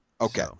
okay